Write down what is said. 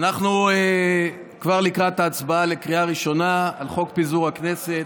אנחנו כבר לקראת ההצבעה בקריאה ראשונה על חוק פיזור הכנסת.